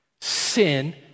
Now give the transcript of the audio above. Sin